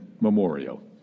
Memorial